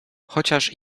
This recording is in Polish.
chociaż